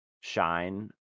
shine